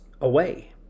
away